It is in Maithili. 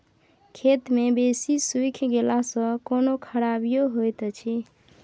खेत मे बेसी सुइख गेला सॅ कोनो खराबीयो होयत अछि?